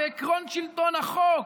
עקרון שלטון החוק,